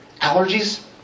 allergies